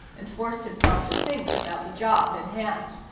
and forced himself to think about the job in hand.